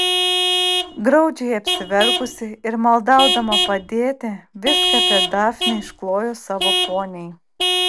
graudžiai apsiverkusi ir maldaudama padėti viską apie dafnę išklojo savo poniai